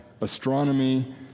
astronomy